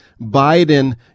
biden